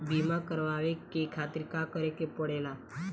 बीमा करेवाए के खातिर का करे के पड़ेला?